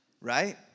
Right